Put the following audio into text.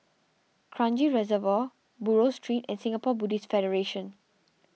Kranji Reservoir Buroh Street and Singapore Buddhist Federation